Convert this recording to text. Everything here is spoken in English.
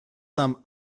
some